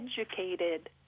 educated